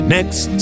Next